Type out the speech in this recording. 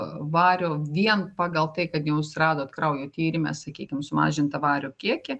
vario vien pagal tai kad jūs radot kraujo tyrime sakykim sumažintą vario kiekį